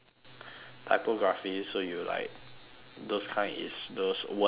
typography so you like those kind is those word art is it